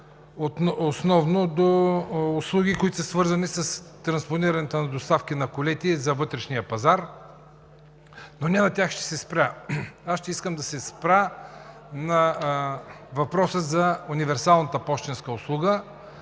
отнася до услуги, които са свързани с транспонирането на доставки на колети за вътрешния пазар, но не на тях ще се спра. Ще се спра на въпроса за универсалната пощенска услуга